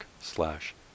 slash